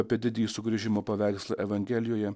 apie didįjį sugrįžimo paveikslą evangelijoje